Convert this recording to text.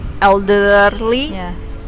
elderly